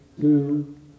Two